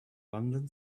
london